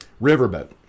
riverboat